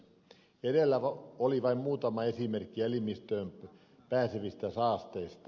edellä oli vain muutama esimerkki elimistöön pääsevistä saasteista